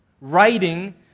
writing